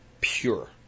pure